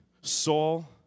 Saul